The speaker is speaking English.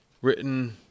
written